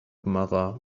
mother